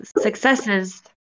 successes